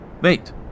Wait